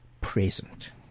present